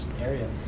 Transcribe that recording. area